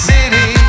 City